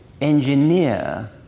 engineer